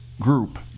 group